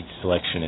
selection